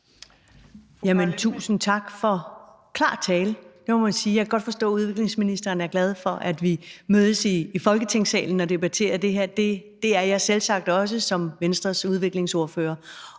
– det må man sige. Jeg kan godt forstå, at udviklingsministeren er glad for, at vi mødes i Folketingssalen og debatterer det her. Det er jeg selvsagt også som Venstres udviklingsordfører.